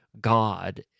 God